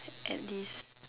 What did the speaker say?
at least